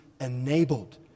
enabled